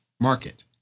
market